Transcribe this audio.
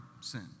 sin